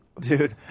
Dude